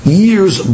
years